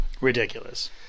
Ridiculous